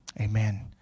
Amen